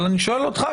אבל אני שואל אותך,